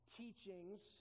teachings